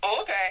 okay